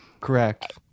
Correct